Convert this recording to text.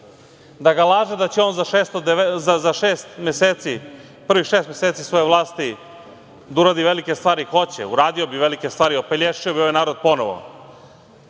da ga laže da će on za šest meseci, prvih šest meseci svoje vlasti, da uradi velike stvari. Hoće, uradio bi velike stvari, opelješio bi ovaj narod ponovo,